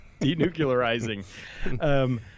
Denuclearizing